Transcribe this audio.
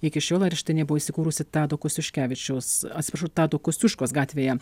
iki šiol areštinė buvo įsikūrusi tado kostiuškevičiaus atsiprašau tado kosciuškos gatvėje